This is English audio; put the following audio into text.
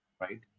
right